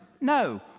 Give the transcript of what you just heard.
No